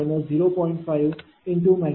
5V22 असे मिळेल